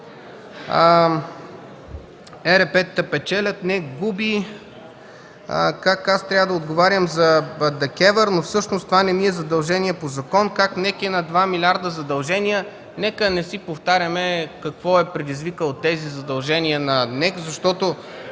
ЕРП-тата печелят, а НЕК губи, как аз трябва да отговарям за ДКЕВР, но всъщност това не ми е задължение по закон, как НЕК е на над 2 милиарда задължения – нека не си повтаряме какво е предизвикало тези задължения на НЕК, защото